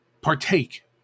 partake